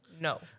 No